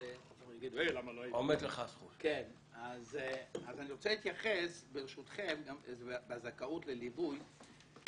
אני רוצה להתייחס ברשותכם לזכאות לליווי.